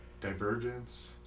Divergence